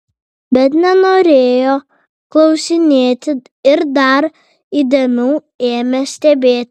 bet nenorėjo klausinėti ir dar įdėmiau ėmė stebėti